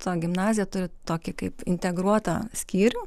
ta gimnazija turi tokį kaip integruotą skyrių